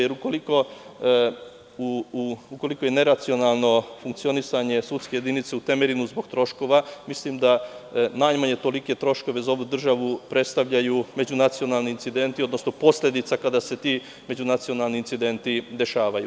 Jer, ukoliko je neracionalno funkcionisanje sudske jedinice u Temerinu zbog troškova, mislim da najmanje tolike troškove za ovu državu predstavljaju međunacionalni incidenti, odnosno posledice kada se ti međunacionalni incidenti dešavaju.